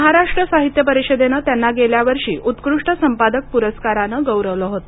महाराष्ट्र साहित्य परिषदेने त्यांना गेल्या वर्षी उत्कृष्ट संपादक पुरस्काराने गौरवले होते